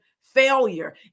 failure